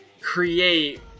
create